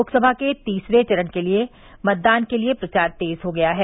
लोकसभा के तीसरे चरण के मतदान के लिए प्रचार तेज हो गया है